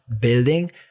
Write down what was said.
building